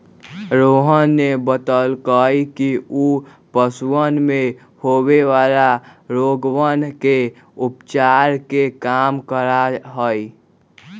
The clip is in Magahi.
रोहन ने बतल कई कि ऊ पशुवन में होवे वाला रोगवन के उपचार के काम करा हई